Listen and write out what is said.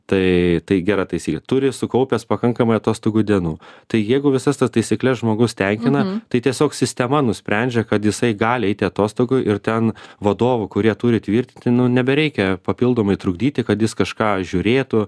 tai tai gera taisyklė turi sukaupęs pakankamai atostogų dienų tai jeigu visas tas taisykles žmogus tenkina tai tiesiog sistema nusprendžia kad jisai gali eiti atostogų ir ten vadovų kurie turi tvirtinti nu nebereikia papildomai trukdyti kad jis kažką žiūrėtų